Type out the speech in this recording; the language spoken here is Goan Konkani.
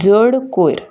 जड कयर